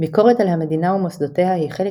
"ביקורת על המדינה ומוסדותיה היא חלק